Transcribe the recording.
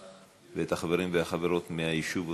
ואת החברים והחברות מהיישוב עתניאל.